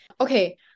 okay